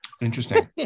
Interesting